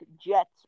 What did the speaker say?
Jets